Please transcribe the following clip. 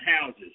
houses